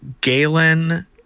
Galen